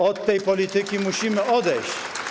Od tej polityki musimy odejść.